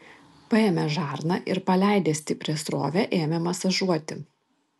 paėmė žarną ir paleidęs stiprią srovę ėmė masažuoti